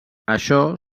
això